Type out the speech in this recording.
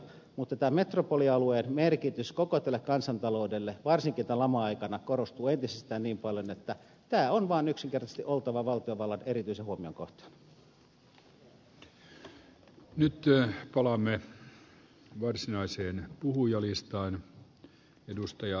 mutta metropolialueen merkitys koko kansantaloudelle varsinkin lama aikana korostuu entisestään niin paljon että tämän on vaan yksinkertaisesti oltava valtiovallan erityisen huomion kohteena